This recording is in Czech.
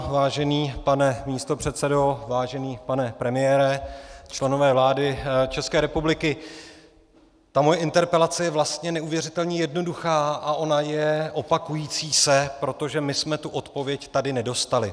Vážený pane místopředsedo, vážený pane premiére, členové vlády České republiky, ta moje interpelace je vlastně neuvěřitelně jednoduchá a ona je opakující se, protože my jsme tu odpověď tady nedostali.